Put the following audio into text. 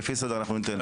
לפי סדר אנחנו ניתן.